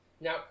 Now